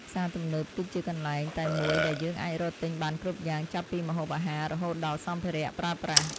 ផ្សារទំនើបគឺជាកន្លែងតែមួយដែលយើងអាចរកទិញបានគ្រប់យ៉ាងចាប់ពីម្ហូបអាហាររហូតដល់សម្ភារៈប្រើប្រាស់។